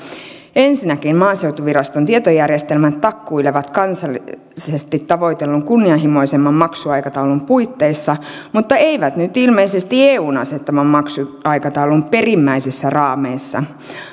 ensinnäkin maaseutuviraston tietojärjestelmät takkuilevat kansallisesti tavoitellun kunnianhimoisemman maksuaikataulun puitteissa mutta eivät nyt ilmeisesti eun asettaman maksuaikataulun perimmäisissä raameissa